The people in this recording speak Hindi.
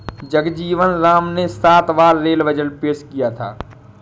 जगजीवन राम ने सात बार रेल बजट पेश किया था